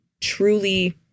truly